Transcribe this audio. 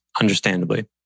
understandably